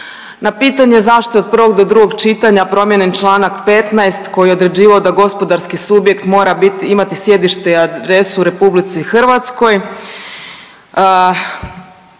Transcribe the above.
Na pitanje zašto od prvog do drugog čitanja promijenjen čl. 15. koji je određivao da gospodarski subjekt mora bit imati sjedište i adresu u RH? Odgovor